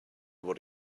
able